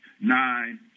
nine